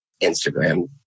Instagram